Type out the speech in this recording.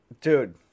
dude